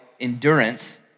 endurance